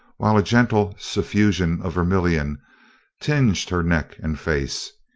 while a gentle suffusion of vermillion tinged her neck and face,